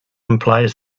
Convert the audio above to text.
implies